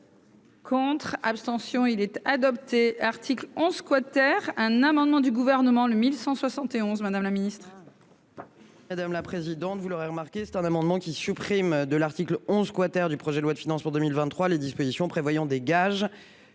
Contre, abstention il était adopté article en squatter un amendement du gouvernement le 1171 Madame la Ministre. Madame la présidente, vous l'aurez remarqué c'est un amendement qui supprime de l'article 11 quater du projet de loi de finances pour 2023 les dispositions prévoyant des gages